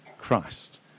Christ